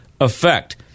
effect